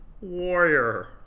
warrior